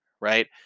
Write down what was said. Right